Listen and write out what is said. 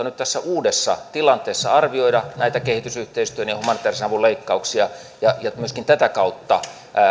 nyt tässä uudessa tilanteessa arvioida näitä kehitysyhteistyön ja humanitäärisen avun leikkauksia ja myöskin tätä kautta